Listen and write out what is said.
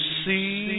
see